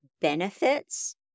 benefits